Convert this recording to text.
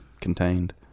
contained